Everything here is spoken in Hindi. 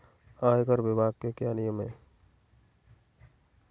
आयकर विभाग के क्या नियम हैं?